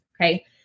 okay